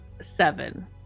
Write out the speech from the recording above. seven